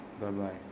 Bye-bye